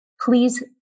Please